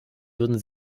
würden